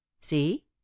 see